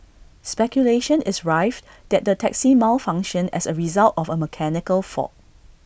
speculation is rife that the taxi malfunctioned as A result of A mechanical fault